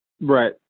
right